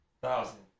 thousand